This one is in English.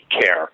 care